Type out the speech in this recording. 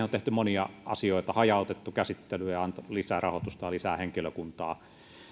on tehty monia asioita on hajautettu käsittelyjä annettu lisärahoitusta lisää henkilökuntaa